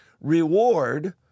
reward